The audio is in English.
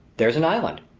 here's an island.